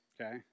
Okay